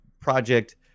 project